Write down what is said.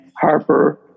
Harper